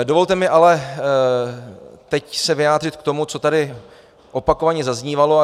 Dovolte mi se teď ale vyjádřit k tomu, co tady opakovaně zaznívalo.